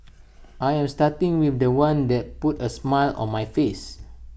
I am starting with The One that put A smile on my face